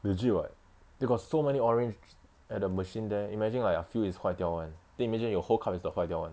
legit [what] they got so many orange at the machine there imagine like a few is 坏掉 [one] imagine your whole cup is the 坏掉 [one]